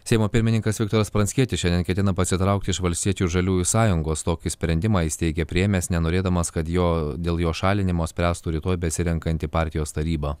seimo pirmininkas viktoras pranckietis šiandien ketina pasitraukti iš valstiečių ir žaliųjų sąjungos tokį sprendimą jis steigė priėmęs nenorėdamas kad jo dėl jo šalinimo spręstų rytoj besirenkanti partijos taryba